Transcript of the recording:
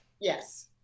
yes